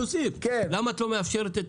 למה את לא מאפשרת,